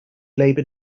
labor